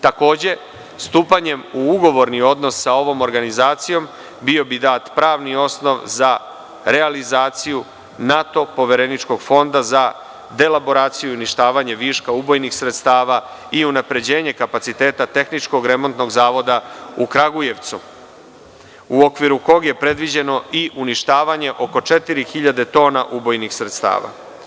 Takođe, stupanjem u ugovorni odnos sa ovom organizacijom bio bi dat pravni osnov za realizaciju NATO povereničkog fonda za delaboraciju i uništavanje viška ubojnih sredstava i unapređenje kapaciteta tehničko-remontnog zavoda u Kragujevcu, u okviru kog je predviđeno i uništavanje oko 4.000 tona ubojnih sredstava.